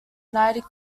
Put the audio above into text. united